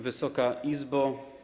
Wysoka Izbo!